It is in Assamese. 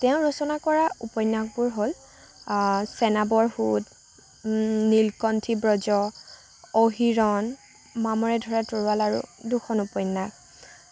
তেখেতে ৰচনা কৰা উপন্যাসবোৰ হ'ল চেনাবৰ সুৰ নীলকণ্ঠী ব্ৰজ অহিৰণ মামৰে ধৰা তৰোৱাল আৰু দুখন উপন্যাস